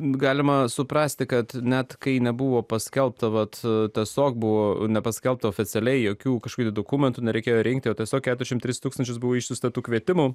galima suprasti kad net kai nebuvo paskelbta vat tiesiog buvo paskelbta oficialiai jokių kažkokių dokumentų nereikėjo rinkti o tas o keturiasdešimt tris tūkstančius buvo išsiųsta tų kvietimų